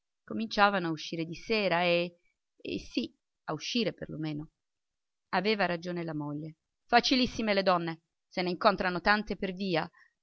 cominciavano a uscire di sera e sì a uscire per lo meno aveva ragione la moglie facilissime le donne se ne incontrano tante per via